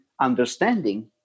understanding